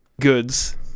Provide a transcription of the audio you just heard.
goods